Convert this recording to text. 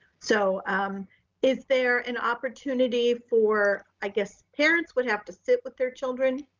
so is there an opportunity for, i guess parents would have to sit with their children,